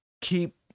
keep